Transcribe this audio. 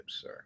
sir